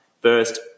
first